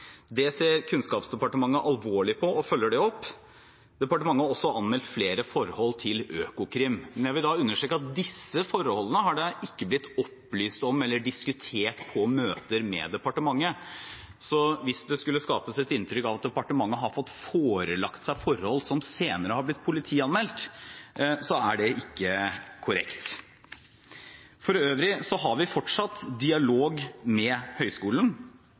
Det ser Kunnskapsdepartementet alvorlig på, og følger det opp. Departementet har også anmeldt flere forhold til Økokrim. Men jeg vil understreke at disse forholdene er ikke blitt opplyst om eller diskutert på møter med departementet, så hvis det skulle skapes et inntrykk av at departementet har fått forelagt seg forhold som senere har blitt politianmeldt, er det ikke korrekt. For øvrig har vi fortsatt dialog med høyskolen.